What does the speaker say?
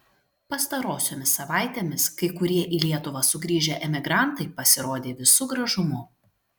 pastarosiomis savaitėmis kai kurie į lietuvą sugrįžę emigrantai pasirodė visu gražumu